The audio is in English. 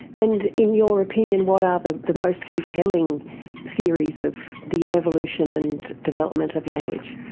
and in your opinion what are the the most compelling theories of the evolution and development of language?